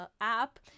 app